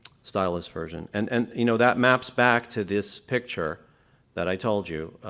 stylus version. and and you know that maps back to this picture that i told you,